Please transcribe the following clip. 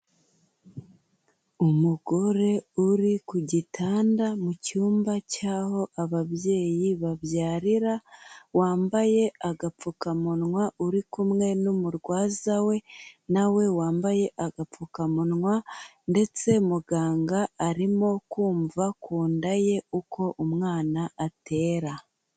Umugore uri ku gitanda mu cyumba cy'aho ababyeyi babyarira, wambaye agapfukamunwa uri kumwe n'umurwaza we nawe wambaye agapfukamunwa ndetse muganga arimo kumva ku nda ye uko umwana atera.